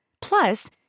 Plus